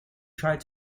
tried